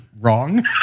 wrong